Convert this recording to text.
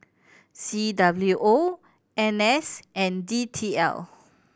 C W O N S and D T L